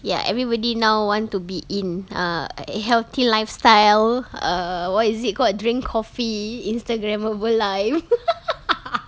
ya everybody now want to be in err healthy lifestyle err why is it called drink coffee Instagram-mable life